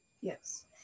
Yes